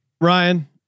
Ryan